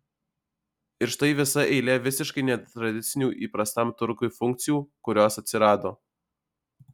ir štai visa eilė visiškai netradicinių įprastam turgui funkcijų kurios atsirado